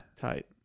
Tight